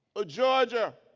ah georgia,